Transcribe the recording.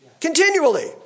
Continually